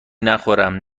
نخورم